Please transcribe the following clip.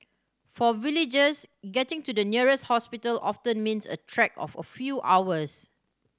for villagers getting to the nearest hospital often means a trek of a few hours